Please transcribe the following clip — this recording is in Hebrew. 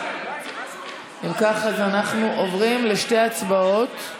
אנחנו עוברים לשתי הצבעות.